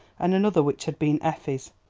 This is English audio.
and another which had been effie's.